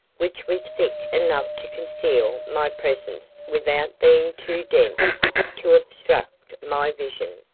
which was thick enough to conceal my presence without being too dense to obstruct my vision,